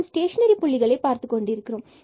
நாம் ஸ்டேஷனரி புள்ளிகளை பார்த்துக் கொண்டிருக்கிறோம்